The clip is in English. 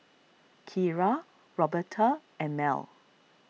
Keira Roberta and Mell